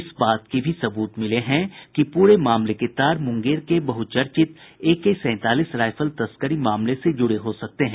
इस बात के भी सबूत मिले हैं कि पूरे मामले के तार मुंगेर के बहुचर्चित एके सैंतालीस राईफल तस्करी मामले से जुड़े हो सकते हैं